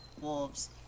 wolves